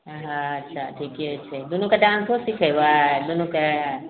हँ अच्छाऽ ठिके छै दुनूकेँ डान्सो सिखेबै दुनूकेँ